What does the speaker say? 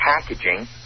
packaging